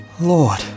Lord